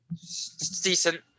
decent